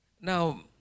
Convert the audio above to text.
Now